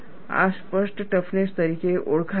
આ સ્પષ્ટ ટફનેસ તરીકે ઓળખાય છે